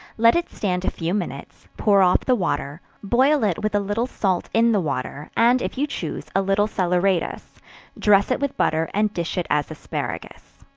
let it stand a few minutes pour off the water boil it with a little salt in the water, and if you choose a little salaeratus dress it with butter, and dish it as asparagus.